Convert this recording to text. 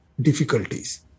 difficulties